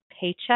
paycheck